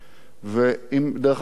כשאני אומר יוצאת מהכלל,